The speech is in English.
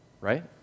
right